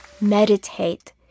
meditate